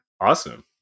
Awesome